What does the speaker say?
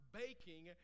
baking